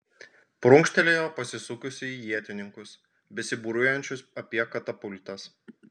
prunkštelėjo pasisukusi į ietininkus besibūriuojančius apie katapultas